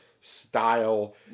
style